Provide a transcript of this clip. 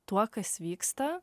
tuo kas vyksta